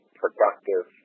productive